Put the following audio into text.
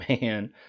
Man